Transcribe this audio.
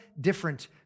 different